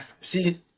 See